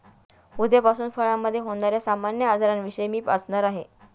उद्यापासून फळामधे होण्याऱ्या सामान्य आजारांविषयी मी वाचणार आहे